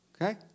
Okay